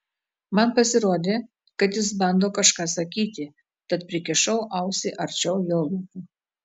man pasirodė kad jis bando kažką sakyti tad prikišau ausį arčiau jo lūpų